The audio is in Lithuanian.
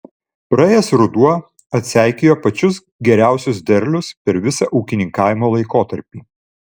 praėjęs ruduo atseikėjo pačius geriausius derlius per visą ūkininkavimo laikotarpį